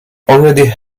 already